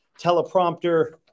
teleprompter